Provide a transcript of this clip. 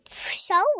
show